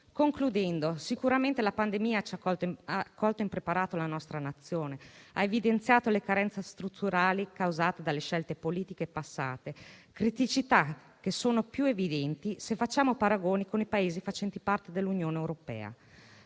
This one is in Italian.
Concludendo, sicuramente la pandemia ha colto impreparata la nostra Nazione e ha evidenziato le carenze strutturali causate dalle scelte politiche passate e le criticità, che sono più evidenti se facciamo paragoni con gli altri Paesi dell'Unione europea.